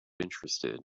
interested